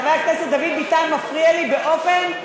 חבר הכנסת דוד ביטן מפריע לי באופן טקסי,